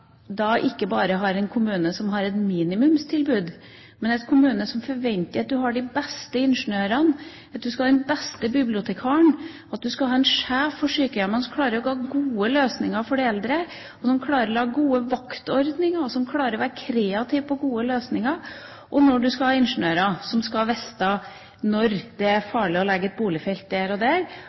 ikke bare har en kommune som har et minimumstilbud, men en kommune hvor man forventer at man har de beste ingeniørene, at man skal ha den beste bibliotekaren, at man skal ha en sjef for sykehjemmet som klarer å lage gode løsninger for de eldre, som klarer å lage gode vaktordninger, og som klarer å være kreativ på gode løsninger, og når man skal ha ingeniører som skal vite når det er farlig å legge et boligfelt der og der,